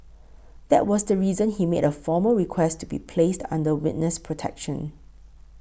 that was the reason he made a formal request to be placed under witness protection